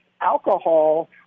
alcohol